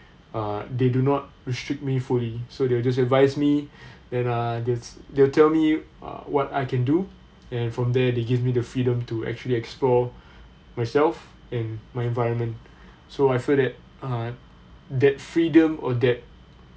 uh they do not restrict me fully so they will just advise me then uh they they'll tell me or what I can do and from there they give me the freedom to actually explore myself and my environment so I feel that uh that freedom or that